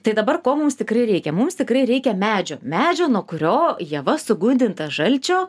tai dabar ko mums tikrai reikia mums tikrai reikia medžio medžio nuo kurio ieva sugundyta žalčio